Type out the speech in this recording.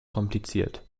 kompliziert